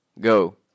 go